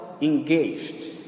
engaged